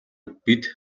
бид